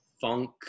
funk